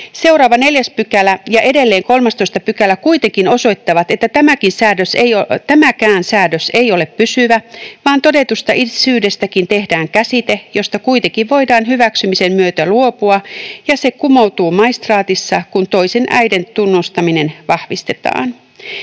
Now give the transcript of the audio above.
Seuraava 4 § ja edelleen 13 § kuitenkin osoittavat, että tämäkään säädös ei ole pysyvä vaan todetusta isyydestäkin tehdään käsite, josta kuitenkin voidaan hyväksymisen myötä luopua, ja se kumoutuu maistraatissa, kun toisen äidin tunnustaminen vahvistetaan.